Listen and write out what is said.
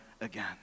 again